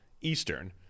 Eastern